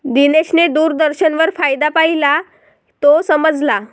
दिनेशने दूरदर्शनवर फायदा पाहिला, तो समजला